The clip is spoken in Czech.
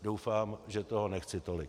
Doufám, že toho nechci tolik.